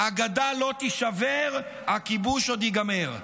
הגדה לא תישבר, הכיבוש עוד ייגמר.